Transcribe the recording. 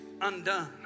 undone